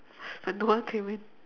but no one came in